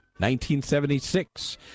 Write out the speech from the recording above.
1976